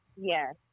Yes